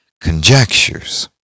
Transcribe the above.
conjectures